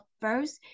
first